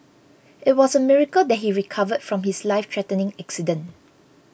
it was a miracle that he recovered from his lifethreatening accident